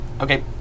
Okay